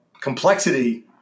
complexity